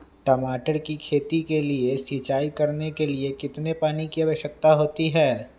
टमाटर की खेती के लिए सिंचाई करने के लिए कितने पानी की आवश्यकता होती है?